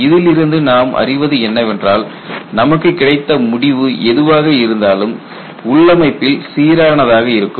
இதிலிருந்து நாம் அறிவது என்னவென்றால் நமக்கு கிடைத்த முடிவு எதுவாக இருந்தாலும் உள்ளமைப்பில் சீரானது ஆக இருக்கும்